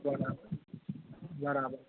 બરાબર બરાબર